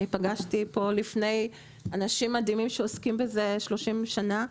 פגשתי פה אנשים מדהימים שעוסקים בזה 30 שנה.